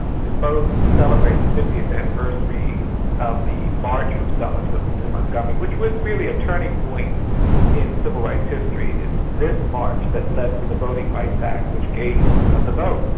um to both celebrate the fiftieth anniversary of the march from selma to um to montgomery, which was really a turning point in civil rights history it is this march that led to the voting rights act which gave ah the vote,